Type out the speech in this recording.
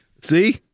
See